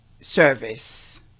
Service